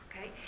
Okay